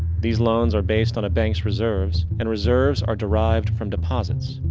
these loans are based on a banks reserves, and reserves are derived from deposits.